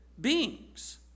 beings